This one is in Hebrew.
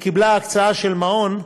שקיבלה הקצאה של מעון,